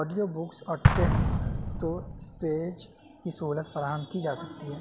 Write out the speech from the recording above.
audio books اور text to speech کی سہولت فراہم کی جا سکتی ہے